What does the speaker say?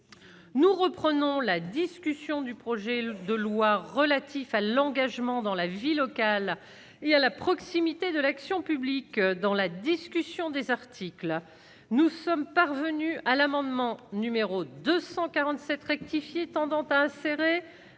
nous reprenons la discussion du projet de loi relatif à l'engagement dans la vie locale et à la proximité de l'action publique dans la discussion des articles, nous sommes parvenus à l'amendement numéro 247 rectifié tendant pas insérer